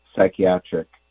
psychiatric